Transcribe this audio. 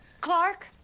Clark